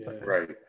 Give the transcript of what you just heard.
right